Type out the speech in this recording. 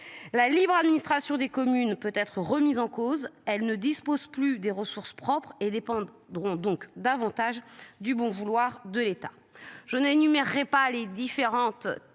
La libre administration des communes peut être remise en cause, elle ne dispose plus des ressources propres et dépendent. Donc davantage du bon vouloir de l'État.